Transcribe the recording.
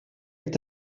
est